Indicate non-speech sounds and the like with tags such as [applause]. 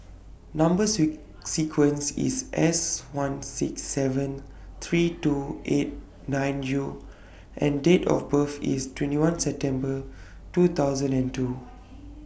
Number [unintelligible] sequence IS S one six seven three two eight nine U and Date of birth IS twenty one September two thousand and two